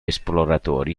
esploratori